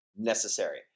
necessary